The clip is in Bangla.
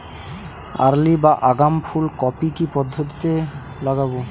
আর্লি বা আগাম ফুল কপি কি পদ্ধতিতে লাগাবো?